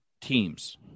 teams